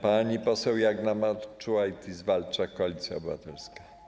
Pani poseł Jagna Marczułajtis-Walczak, Koalicja Obywatelska.